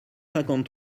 cinquante